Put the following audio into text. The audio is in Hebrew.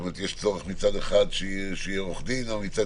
מצד אחד יש צורך שיהיה עורך דין אבל מצד